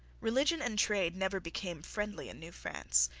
religion and trade never became friendly in new france,